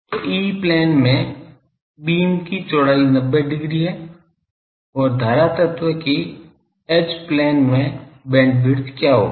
तो E plane में beam की चौड़ाई 90 डिग्री है और धारा तत्व के H प्लेन में बैंडविड्थ क्या होगा